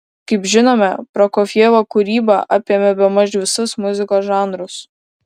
kaip žinome prokofjevo kūryba apėmė bemaž visus muzikos žanrus